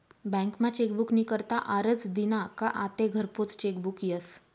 बँकमा चेकबुक नी करता आरजं दिना का आते घरपोच चेकबुक यस